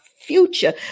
future